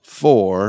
four